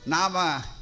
Nama